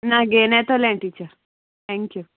ना घेन योतलें टिचर थँक्यू